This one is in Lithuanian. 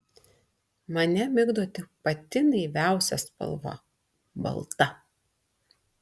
mane migdo tik pati naiviausia spalva balta